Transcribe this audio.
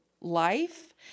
life